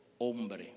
hombre